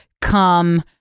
Come